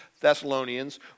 Thessalonians